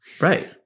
Right